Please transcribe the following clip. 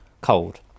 cold